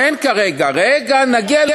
אין כרגע, אבל אם, רגע, נגיע,